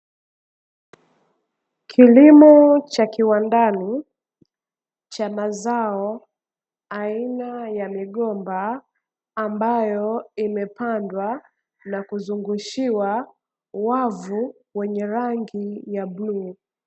Kilimo cha kiwandani cha mazao aina ya migomba, ambayo imepandwa na kuzungushiwa wavu wenye rangi ya bluu.